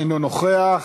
אינו נוכח.